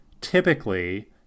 typically